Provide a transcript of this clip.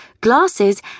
glasses